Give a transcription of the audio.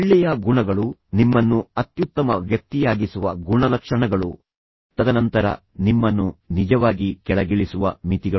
ಒಳ್ಳೆಯ ಗುಣಗಳು ನಿಮ್ಮನ್ನು ಅತ್ಯುತ್ತಮ ವ್ಯಕ್ತಿಯಾಗಿಸುವ ಗುಣಲಕ್ಷಣಗಳು ತದನಂತರ ನಿಮ್ಮನ್ನು ನಿಜವಾಗಿ ಕೆಳಗಿಳಿಸುವ ಮಿತಿಗಳು